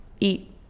eat